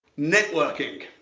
networking.